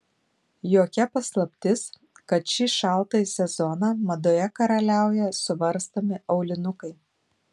jokia paslaptis kad šį šaltąjį sezoną madoje karaliauja suvarstomi aulinukai